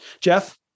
Jeff